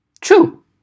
True